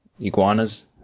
iguanas